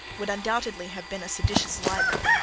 would undoubtedly have been a seditious libel.